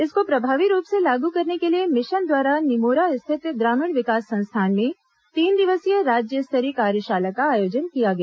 इसको प्रभावी रूप से लागू करने के लिए मिशन द्वारा निमोरा स्थित ग्रामीण विकास संस्थान में तीन दिवसीय राज्य स्तरीय कार्यशाला का आयोजन किया गया